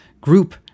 group